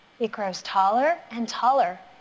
it grows taller and taller.